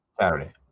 Saturday